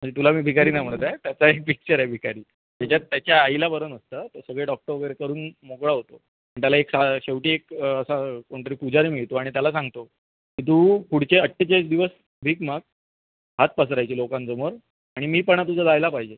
म्हणजे तुला मी भिकारी नाही म्हणत आहे त्याचा एक पिक्चर आहे भिकारी त्याच्यात त्याच्या आईला बरं नसतं तो सगळे डॉक्टर वगैरे करून मोकळा होतो त्याला एक सा शेवटी एक असा कोणतरी पुजारी मिळतो आणि त्याला सांगतो की तू पुढचे अठ्ठेचाळीस दिवस भीक माग हात पसरायचे लोकांसमोर आणि मीपणा तुझा जायला पाहिजे